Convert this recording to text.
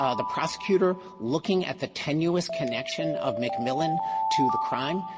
ah the prosecutor looking at the tenuous connection of mcmillan to the crime,